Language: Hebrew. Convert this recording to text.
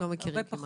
הרבה פחות.